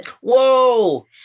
Whoa